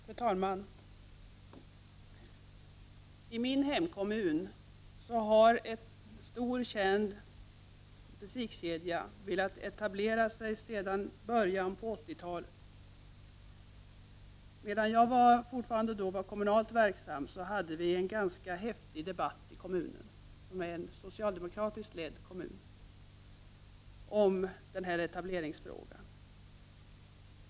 Fru talman! I min hemkommun har en stor känd butikskedja velat etablera sig sedan början av 80-talet. Medan jag fortfarande var kommunalt verksam hade vi en ganska häftig debatt i kommunen, en socialdemokratiskt ledd kommun, om denna etableringsfråga.